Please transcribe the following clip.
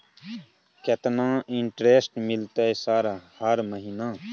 केतना इंटेरेस्ट मिलते सर हर महीना?